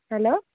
hello